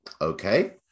okay